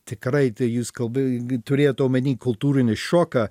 tikrai tai jūs kalbė turėjot omeny kultūrinį šoką